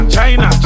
China